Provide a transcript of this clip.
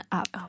up